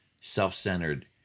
self-centered